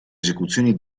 esecuzioni